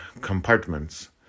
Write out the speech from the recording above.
compartments